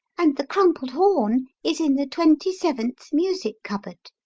and the crumpled horn is in the twenty seventh music-cupboard.